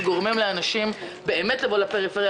שגורמים לאנשים באמת לבוא לפריפריה,